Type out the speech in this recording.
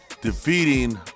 defeating